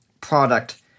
product